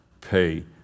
pay